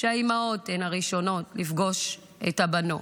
שהאימהות הן הראשונות לפגוש את הבנות.